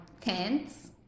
tents